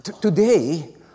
today